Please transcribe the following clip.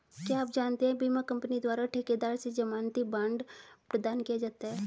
क्या आप जानते है बीमा कंपनी द्वारा ठेकेदार से ज़मानती बॉण्ड प्रदान किया जाता है?